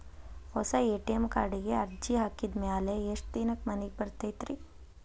ಹೊಸಾ ಎ.ಟಿ.ಎಂ ಕಾರ್ಡಿಗೆ ಅರ್ಜಿ ಹಾಕಿದ್ ಮ್ಯಾಲೆ ಎಷ್ಟ ದಿನಕ್ಕ್ ಮನಿಗೆ ಬರತೈತ್ರಿ?